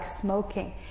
smoking